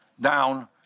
down